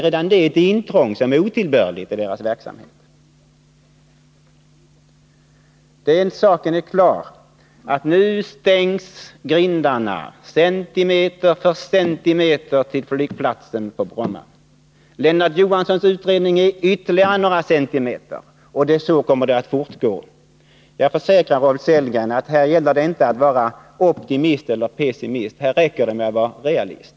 Redan det är ett otillbörligt intrång i verksamheten. Nu stängs grindarna centimeter för centimeter till flygplatsen på Bromma. Lennart Johanssons utredning innebär ytterligare några centimeter, och så kommer det att fortgå. Jag försäkrar Rolf Sellgren att här gäller det varken att vara optimist eller pessimist, det räcker med att vara realist.